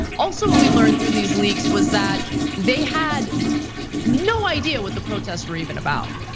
also, what we learned through these leaks was that they had no idea what the protests were even about.